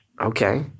Okay